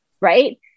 right